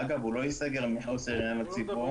אגב, הוא לא ייסגר מחוסר עניין לציבור.